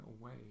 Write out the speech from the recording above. away